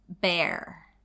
bear